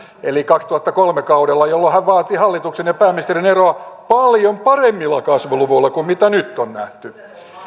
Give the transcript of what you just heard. eli kaudella kaksituhattakolme jolloin hän vaati hallituksen ja pääministerin eroa paljon paremmilla kasvuluvuilla kuin mitä nyt on nähty